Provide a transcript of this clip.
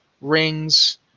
rings